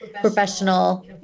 professional